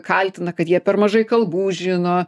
kaltina kad jie per mažai kalbų žino